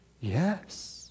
Yes